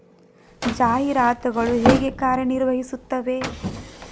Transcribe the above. ಜಾಹೀರಾತುಗಳು ಹೇಗೆ ಕಾರ್ಯ ನಿರ್ವಹಿಸುತ್ತವೆ?